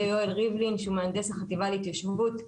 יואל ריבלין שהוא מהנדס החטיבה להתיישבות.